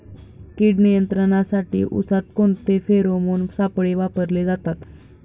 कीड नियंत्रणासाठी उसात कोणते फेरोमोन सापळे वापरले जातात?